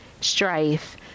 strife